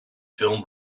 film